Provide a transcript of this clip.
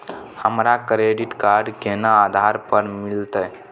हमरा credit card केना आधार पर मिलते?